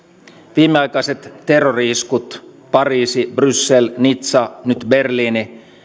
viimeaikaiset terrori iskut pariisi bryssel nizza nyt berliini